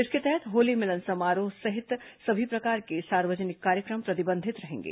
इसके तहत होली मिलन समारोह सहित सभी प्रकार के सार्वजनिक कार्यक्रम प्रतिबंधित रहेंगे